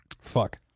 Fuck